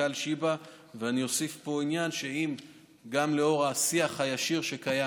ואני אוסיף פה שאם גם לאור השיח הישיר שקיים